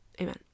Amen